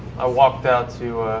i walked out to